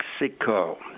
Mexico